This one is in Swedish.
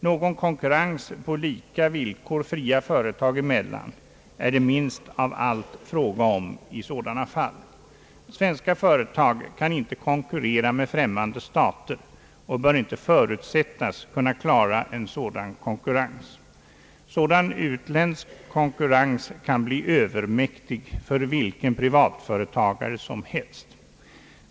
Någon konkurrens på lika villkor fria företag emellan är det minst av allt fråga om i sådana fall. Svenska företag kan inte konkurrera med främmande stater och bör inte förutsättas kunna klara en sådan konkurrens. En sådan utländsk konkurrens kan bli övermäktig för vilken privat företagare som helst.